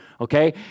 Okay